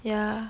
ya